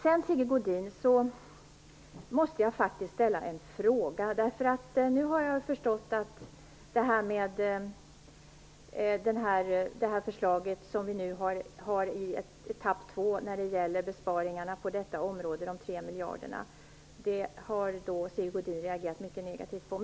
Sedan måste jag ställa en fråga till Sigge Godin. Jag har förstått att det förslag som vi nu har i etapp 2 om besparingarna på detta område, de tre miljarderna, har Sigge Godin reagerat mycket negativt på.